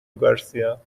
گارسیا